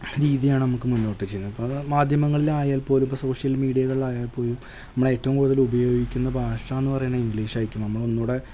രീതിയാണ് നമുക്ക് മുന്നോട്ടു വെച്ചിരിക്കണേ അപ്പം അത മാധ്യമങ്ങളിലായാൽ പോലും ഇപ്പം സോഷ്യൽ മീഡിയകളിലായാൽ പോലും നമ്മളേറ്റവും കൂടുതലുപയോഗിക്കുന്ന ഭാഷയെന്നു പറയണത് ഇംഗ്ലീഷായിരിക്കും നമ്മളൊന്നു കൂടി